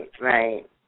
right